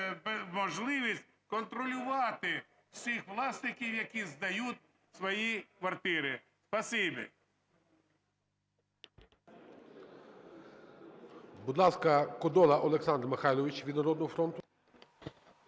можливість контролювати всіх власників, які здають свої квартири. Спасибі. ГОЛОВУЮЧИЙ. Будь ласка, Кодола Олександр Михайлович від "Народного фронту".